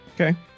okay